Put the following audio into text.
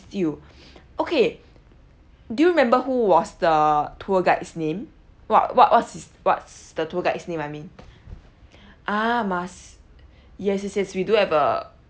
you okay do you remember who was the tour guide's name what what what's his what's the tour guide's name I mean ah mas yes yes yes we do have a